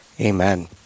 Amen